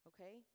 Okay